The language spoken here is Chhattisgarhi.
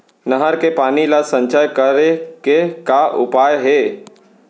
नहर के पानी ला संचय करे के का उपाय हे?